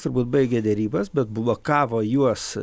turbūt baigė derybas bet blokavo juos